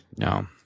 No